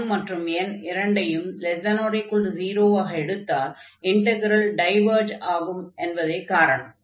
m மற்றும் n இரண்டையும் ≤0 ஆக எடுத்தால் இன்டக்ரல் டைவர்ஜ் ஆகும் என்பதே காரணம்